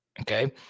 okay